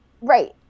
Right